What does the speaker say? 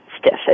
stiff